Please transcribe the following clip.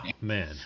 man